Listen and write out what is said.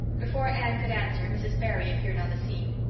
before anne could answer mrs. barry appeared on the scene.